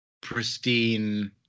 pristine